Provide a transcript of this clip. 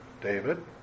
David